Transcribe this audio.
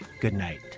Goodnight